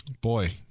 Boy